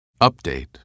Update